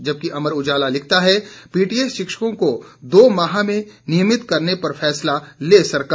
जबकि अमर उजाला लिखता है पीटीए शिक्षकों को दो माह में नियमित करने पर फैसला ले सरकार